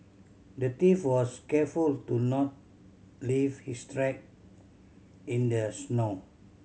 the thief was careful to not leave his track in their snow